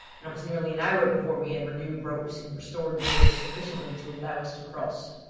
and it was nearly an hour before we had renewed ropes and restored the bridge sufficiently to allow us to cross.